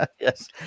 yes